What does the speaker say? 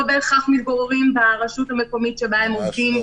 בהכרח מתגוררים ברשות המקומית שבה הם עובדים.